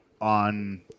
on